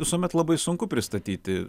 visuomet labai sunku pristatyti